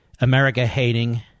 America-hating